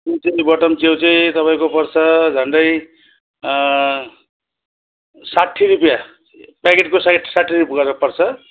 जुन चाहिँ बटन च्याउ चाहिँ तपाईँको पर्छ झन्डै साठी रुपियाँ प्याकेटको साठ साठी रुपियाँ गरेर पर्छ